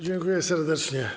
Dziękuję serdecznie.